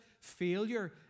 failure